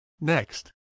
Next